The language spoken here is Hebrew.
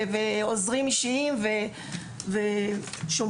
עוזרים אישיים ושומרים.